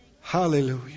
Hallelujah